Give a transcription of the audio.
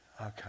Okay